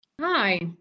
Hi